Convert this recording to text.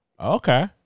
okay